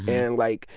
and like,